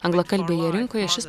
anglakalbėje rinkoje šis